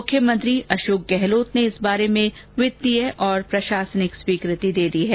मुख्यमंत्री अशोक गहलोत ने इस बारे में वित्तीय और प्रशासनिक स्वीकृति दी है